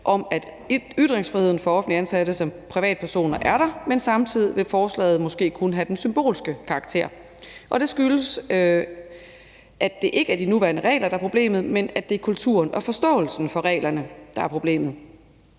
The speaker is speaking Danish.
om, at ytringsfriheden for offentligt ansatte som privatpersoner er der, men samtidig vil forslaget måske kun have den symbolske karakter. Det skyldes, at det ikke er de nuværende regler, der er problemet, men at det er kulturen og forståelsen for reglerne, der er problemet.